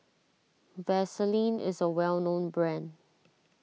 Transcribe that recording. Vaselin is a well known brand